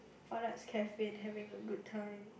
Cafe having a good time